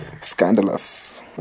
scandalous